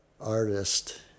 artist